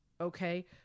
okay